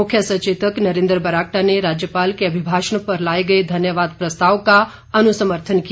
मुख्य सचेतक नरेंद्र बरागटा ने राज्यपाल के अभिभाषण पर लाए गए धन्यवाद प्रस्ताव का अनुसमर्थन किया